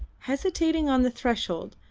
hesitating on the threshold,